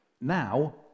Now